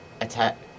Attack